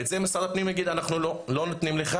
את זה משרד הפנים יגיד 'אנחנו לא נותנים לך',